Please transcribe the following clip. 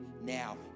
now